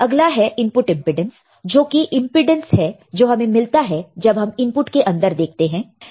अगला है input impedance जो कि इंपेडेंस है जो हमें मिलता है जब हम इनपुट के अंदर देखते हैं